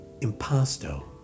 impasto